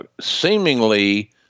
seemingly